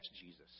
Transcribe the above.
Jesus